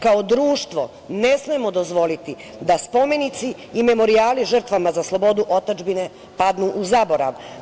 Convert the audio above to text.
Kao društvo ne smemo dozvoliti da spomenici i memorijali žrtvama za slobodu otadžbine padnu u zaborav.